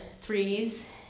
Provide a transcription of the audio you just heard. threes